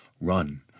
Run